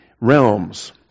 realms